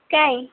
କାଇଁ